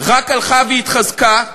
רק הלכה והתחזקה,